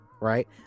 right